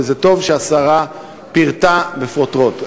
וזה טוב שהשרה פירטה בפרוטרוט.